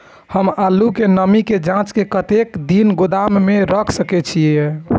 हम आलू के नमी के जाँच के कतेक दिन गोदाम में रख सके छीए?